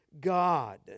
God